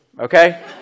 okay